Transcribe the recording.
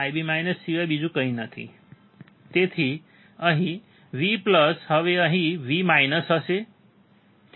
તેથી અહીં V હશે અહીં V હશે